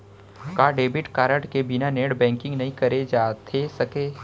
का debit card के बिना नेट बैंकिंग नई करे जाथे सके?